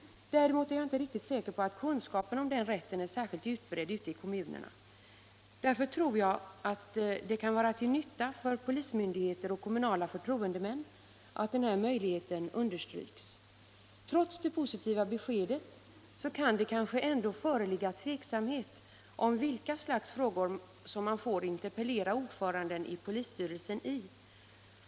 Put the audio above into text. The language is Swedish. Däremot är jag inte riktigt säker på att kunskapen om den rätten är särskilt utbredd ute i kommunerna. Därför tror jag, att det kan vara till nytta för polismyndigheter och kommunala förtroendemän att denna möjlighet understryks. Trots det positiva beskedet, så kan det kanske ändå föreligga tveksamhet om vilka slags frågor som man får interpellera ordföranden i polisstyrelsen i.